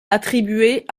attribuées